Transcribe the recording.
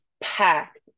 packed